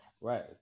Right